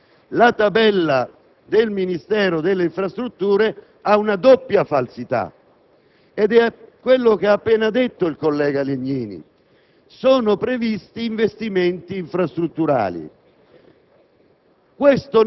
Vengo ora alla tabella specifica del Ministero delle infrastrutture: perché votiamo contro? Perché rispetto alla falsità complessiva del bilancio di previsione dello Stato,